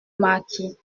marquis